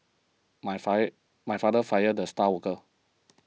my fired my father fired the star worker